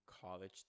college